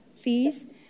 fees